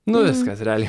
nu viskas realiai